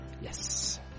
yes